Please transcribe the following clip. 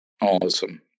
awesome